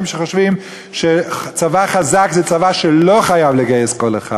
שחושבים שצבא חזק לא חייב לגייס כל אחד,